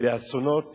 באסונות